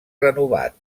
renovat